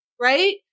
right